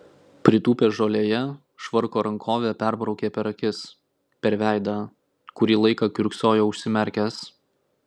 pritūpęs žolėje švarko rankove perbraukė per akis per veidą kurį laiką kiurksojo užsimerkęs